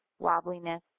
wobbliness